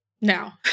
now